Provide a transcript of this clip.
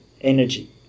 energy